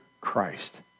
Christ